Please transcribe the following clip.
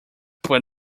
but